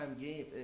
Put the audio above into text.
game